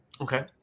okay